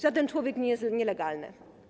Żaden człowiek nie jest nielegalny.